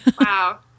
Wow